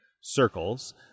circles